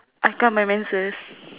I got my menses